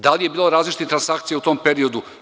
Da li je bilo različitih transakcija u tom periodu?